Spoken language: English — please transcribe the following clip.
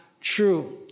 true